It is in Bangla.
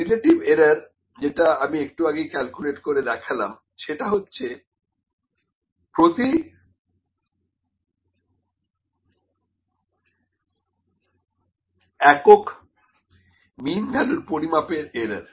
রিলেটিভ এরার যেটা আমি একটু আগেই ক্যালকুলেট করে দেখালাম সেটা হচ্ছে প্রতি একক মিন ভ্যালুর পরিমাপের এরার